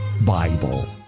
Bible